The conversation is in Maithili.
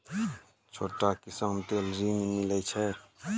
छोटा किसान लेल ॠन मिलय छै?